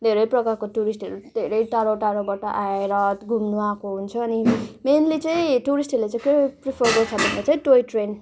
धेरै प्रकारको टिरिस्टहरू धेरै टाढो टाढोबाट आएर घुम्नु आएको हुन्छ अनि मेन्ली चाहिँ टुरिस्टहरूले चाहिँ के प्रिफर गर्छ भन्दा चाहिँ टोय ट्रेन